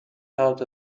thought